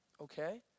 okay